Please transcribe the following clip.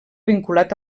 vinculat